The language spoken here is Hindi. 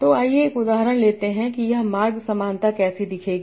तो आइए एक उदाहरण लेते हैं कि यह मार्ग समानता कैसे दिखेगी